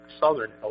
southern